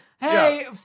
hey